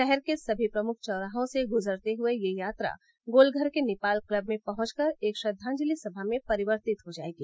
शहर के सभी प्रमुख चौराहे से गुजरते हुए यह यात्रा गोलघर के निपाल क्लब में पहुंच कर एक श्रद्वाजलि सभा में परिवर्तित हो जायेगी